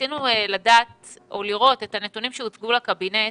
רצינו לדעת או לראות את הנתונים שהוצגו לקבינט.